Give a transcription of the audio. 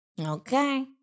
Okay